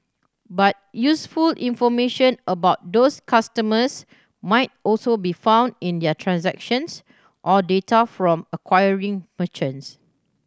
but useful information about those customers might also be found in their transactions or data from acquiring merchants